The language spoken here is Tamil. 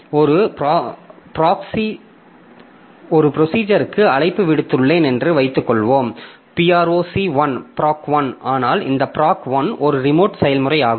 ஒரு ப்ரோஸிஜருக்கு அழைப்பு விடுத்துள்ளேன் என்று வைத்துக்கொள்வோம் proc1 ஆனால் இந்த proc1 ஒரு ரிமோட் செயல்முறையாகும்